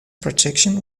protection